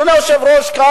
אדוני היושב-ראש,